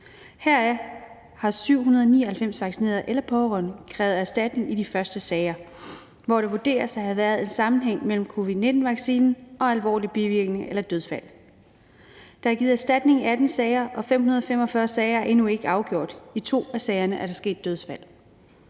Heraf har 799 vaccinerede eller pårørende krævet erstatning i de første sager, hvor der vurderes at have været en sammenhæng mellem covid-19-vaccinen og alvorlige bivirkninger eller dødsfald. Der er givet erstatning i 18 sager, og 545 sager er endnu ikke afgjort. I to af sagerne er der sket dødsfald.